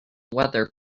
weather